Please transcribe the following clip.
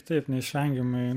taip neišvengiamai